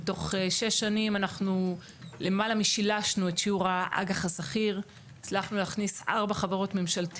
בתוך שש שנים שילשנו את שיעור האג"ח השכיר ועף יותר.